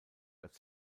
als